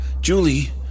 Julie